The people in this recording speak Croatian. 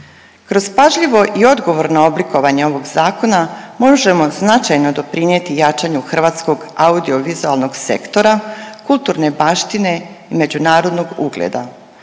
kroz pažljivo i odgovorno oblikovanje ovog zakona možemo značajno doprinijeti jačanju hrvatskog audiovizualnog sektora, kulturne baštine međunarodnog ugleda.